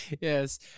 Yes